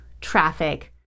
traffic